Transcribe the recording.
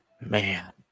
Man